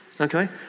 Okay